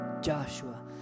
Joshua